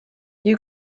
you